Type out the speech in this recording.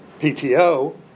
PTO